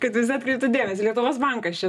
kad visi atkreiptų dėmesį lietuvos bankas čia